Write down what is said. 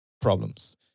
problems